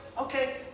Okay